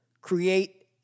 create